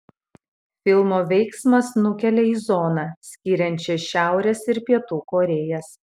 filmo veiksmas nukelia į zoną skiriančią šiaurės ir pietų korėjas